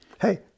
Hey